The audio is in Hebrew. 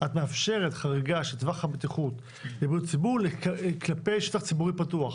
את מאפשרת חריגה של טווח הבטיחות לבריאות הציבור כלפי שטח ציבורי פתוח,